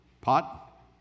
pot